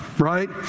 Right